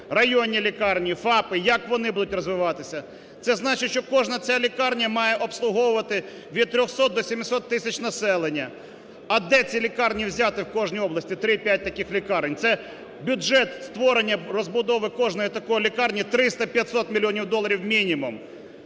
Районні лікарні, ФАПи, як вони будуть розвиватися? Це значить, що кожна ця лікарня має обслуговувати від 300 до 700 тисяч населення. А де ці лікарні взяти в кожній області, 3-5 таких лікарень? Це бюджет, створення, розбудови кожної такої лікарні 300-500 мільйонів доларів мінімум.